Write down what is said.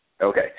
Okay